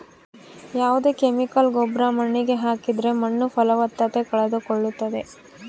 ಯಾವ್ದೇ ಕೆಮಿಕಲ್ ಗೊಬ್ರ ಮಣ್ಣಿಗೆ ಹಾಕಿದ್ರೆ ಮಣ್ಣು ಫಲವತ್ತತೆ ಕಳೆದುಕೊಳ್ಳುತ್ತದೆ